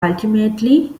ultimately